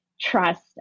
trust